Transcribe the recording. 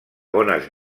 bones